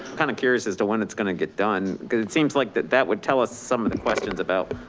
kind of curious as to when it's going to get done. cause it seems like that that would tell us some of the questions about.